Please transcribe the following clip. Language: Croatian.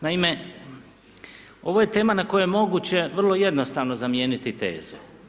Naime, ovo je tema na koju je moguće vrlo jednostavno zamijeniti teze.